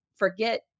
Forget